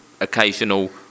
occasional